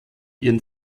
ihren